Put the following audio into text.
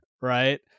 right